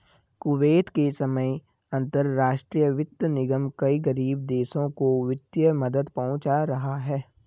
Kuwait के समय अंतरराष्ट्रीय वित्त निगम कई गरीब देशों को वित्तीय मदद पहुंचा रहा है